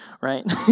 right